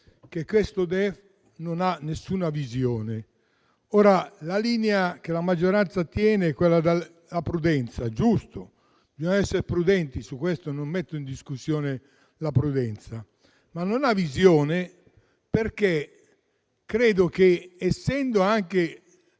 che questo DEF non abbia alcuna visione. La linea che la maggioranza tiene è quella della prudenza. Giusto, bisogna essere prudenti e non metto in discussione la prudenza, ma non ha una visione, perché credo che il Documento